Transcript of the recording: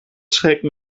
schrecken